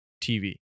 TV